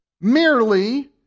merely